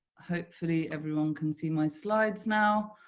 hopefully everyone can see my slides now.